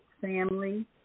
family